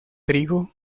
trigo